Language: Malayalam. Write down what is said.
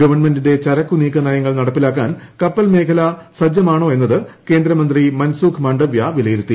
ഗവൺമെന്റിന്റെ ചരക്ക് നീക്ക നയങ്ങൾ നടപ്പിലാക്കാൻ കപ്പൽ മേഖല സജ്ജമാണോ എന്നത് കേന്ദ്രമന്ത്രി മൻസൂഖ് മാണ്ഡവൃ വിലയിരുത്തി